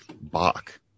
Bach